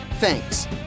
Thanks